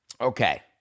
Okay